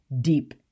deep